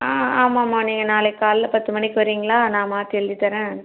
ஆ ஆமாம் ஆமாம் நீங்கள் நாளைக் காலைல பத்து மணிக்கு வறீங்களா நான் மாற்றி எழுதி தரேன்